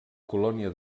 colònia